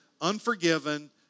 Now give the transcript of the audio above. unforgiven